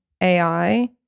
AI